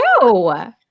No